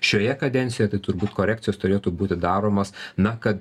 šioje kadencijoj tai turbūt korekcijos turėtų būti daromos na kad